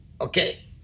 Okay